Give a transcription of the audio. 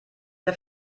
der